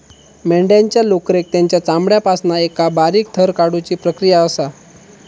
मेंढ्यांच्या लोकरेक तेंच्या चामड्यापासना एका बारीक थर काढुची प्रक्रिया असा